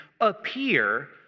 appear